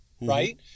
right